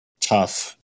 tough